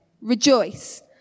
Rejoice